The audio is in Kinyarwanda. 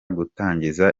gutangiza